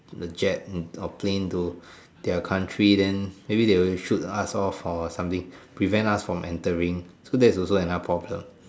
the jet or plane to their country then maybe they will shoot us off or something prevent us from entering so that's another problem